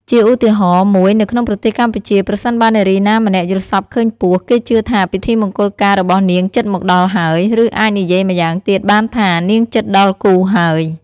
ជាឧទាហរណ៍ មួយ នៅក្នុងប្រទេសកម្ពុជា ប្រសិនបើនារីណាម្នាក់យល់សប្តិឃើញពស់ គេជឿថាពិធីមង្គលការរបស់នាងជិតមកដល់ហើយ ឬអាចនិយាយម៉្យាងទៀតបានថា នាងជិតដល់គូហើយ។